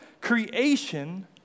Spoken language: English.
creation